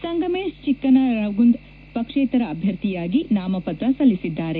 ಸಂಗಮೇಶ್ ಚಿಕ್ಕನರಗುಂದ್ ಪಕ್ಷೇತರ ಅಭ್ಯರ್ಥಿಯಾಗಿ ನಾಮಪತ್ರ ಸಲ್ಲಿಸಿದ್ದಾರೆ